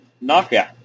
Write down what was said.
knockout